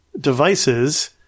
devices